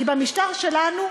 כי במשטר שלנו,